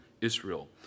Israel